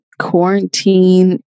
quarantine